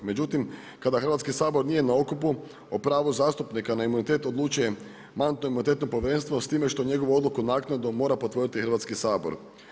Međutim, kada Hrvatski sabor nije na okupu, o pravu zastupnika na imunitet odlučuje Mandatno imunitetno povjerenstvo, s time što njegovu odluku naknadno mora potvrditi Hrvatski sabor.